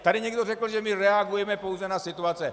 Tady někdo řekl, že my reagujeme pouze na situace.